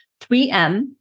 3M